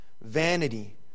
vanity